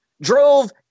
drove